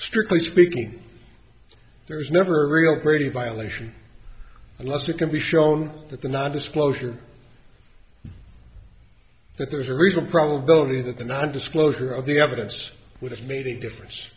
strictly speaking there is never a real pretty violation unless you can be shown that the nondisclosure that there's a reason probability that the ny disclosure of the evidence would have made a difference